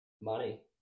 money